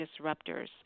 disruptors